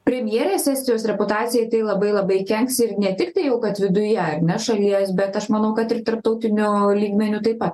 premjerės estijos reputacijai tai labai labai kenks ir ne tik tai jau kad viduje ar ne šalies bet aš manau kad ir tarptautiniu lygmeniu taip pa